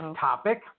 topic